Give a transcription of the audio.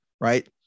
right